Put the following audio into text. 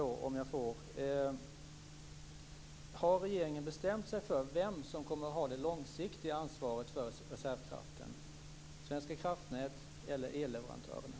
En avslutande fråga: Har regeringen bestämt sig för vem som skall ha det långsiktiga ansvaret för reservkraften, Svenska kraftnät eller elleverantörerna?